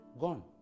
gone